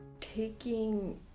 Taking